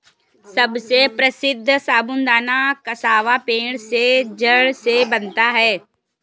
सबसे प्रसिद्ध साबूदाना कसावा पेड़ के जड़ से बनता है